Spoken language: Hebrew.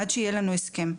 עד שיהיה לנו הסכם.